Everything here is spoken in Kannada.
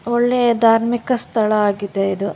ಒಳ್ಳೆಯ ಧಾರ್ಮಿಕ ಸ್ಥಳ ಆಗಿದೆ ಇದು